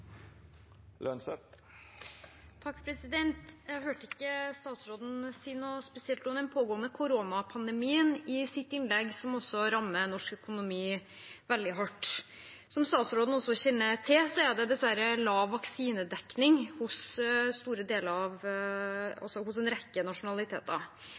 Jeg hørte ikke statsråden si noe spesielt om den pågående koronapandemien i sitt innlegg, som rammer norsk økonomi veldig hardt. Som statsråden også kjenner til, er det dessverre lav vaksinedekning hos en rekke nasjonaliteter.